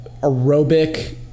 aerobic